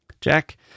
Jack